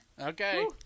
Okay